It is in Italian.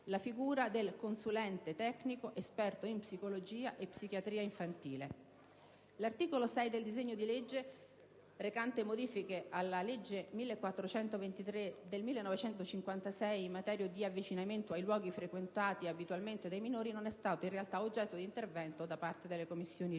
la figura del consulente tecnico esperto in psicologia e psichiatria infantile. L'articolo 6 del disegno di legge, recante modifiche alla legge n. 1423 del 1956 in materia di divieto di avvicinamento ai luoghi frequentati abitualmente dai minori non è stato oggetto di intervento da parte delle Commissioni riunite.